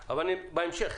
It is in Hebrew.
אבל נתייחס לזה בהמשך.